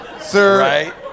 Sir